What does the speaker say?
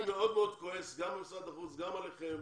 כועס גם על משרד החוץ וגם עליכם.